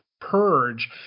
purge